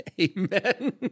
amen